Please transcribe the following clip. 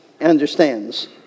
understands